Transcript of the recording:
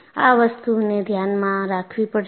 આ વસ્તુને ધ્યાનમાં રાખવી પડશે